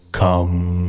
come